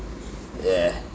yeah